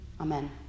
Amen